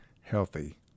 healthy